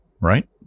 right